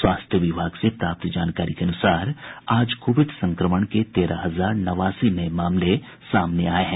स्वास्थ्य विभाग से प्राप्त जानकारी के अनुसार आज कोविड संक्रमण के तेरह हजार नवासी नये मामले सामने आये हैं